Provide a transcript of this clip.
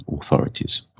authorities